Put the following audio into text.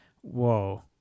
Whoa